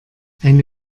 eine